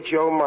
Joe